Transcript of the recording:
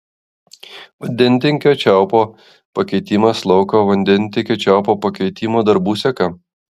vandentiekio čiaupo pakeitimas lauko vandentiekio čiaupo pakeitimo darbų seka